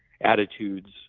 attitudes